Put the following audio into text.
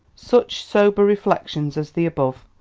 such sober reflections as the above,